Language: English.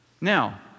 Now